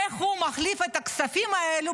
איך הוא מחליף את הכספים האלה,